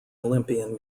olympian